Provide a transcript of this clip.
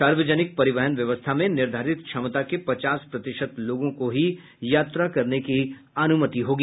सार्वजनिक परिवहन व्यवस्था में निर्धारित क्षमता के पचास प्रतिशत लोगों को ही यात्रा करने की अनुमति होगी